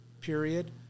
period